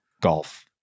golf